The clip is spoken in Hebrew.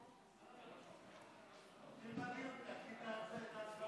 חבר הכנסת האוזר?